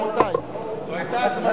רבותי, רבותי,